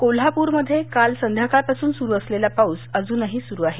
कोल्हाप्रमध्ये काल संध्याकाळपासून सुरु झालेला पाऊस अजूनही सुरु आहे